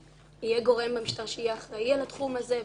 גורם במשטרה שיהיה אחראי לתחום הזה,